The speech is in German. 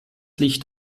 licht